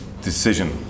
decision